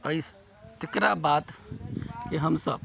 अइस तकरा बाद कि हमसभ